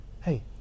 hey